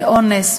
מאונס,